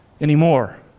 anymore